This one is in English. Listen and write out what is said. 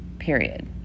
period